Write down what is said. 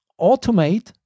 automate